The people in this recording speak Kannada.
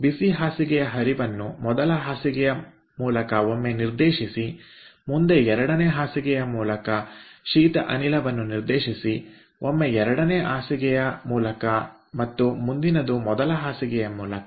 ಬಿಸಿ ಹರಿವನ್ನು ಮೊದಲ ಬೆಡ್ ನ ಮೂಲಕ ಒಮ್ಮೆ ನಿರ್ದೇಶಿಸಿ ಮುಂದೆ ಎರಡನೆಯ ಬೆಡ್ ನ ಮೂಲಕ ಶೀತ ಅನಿಲವನ್ನು ನಿರ್ದೇಶಿಸಿ ಒಮ್ಮೆ ಎರಡನೇ ಬೆಡ್ ನ ಮೂಲಕ ಮತ್ತು ಮುಂದಿನದು ಮೊದಲ ಬೆಡ್ ನ ಮೂಲಕ